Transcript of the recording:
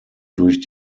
durch